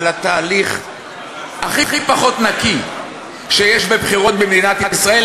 התהליך הכי פחות נקי שיש בבחירות במדינת ישראל,